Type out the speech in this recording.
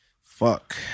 Fuck